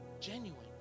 Genuine